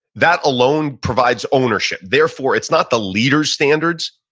that alone provides ownership therefore it's not the leader standards,